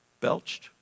Belched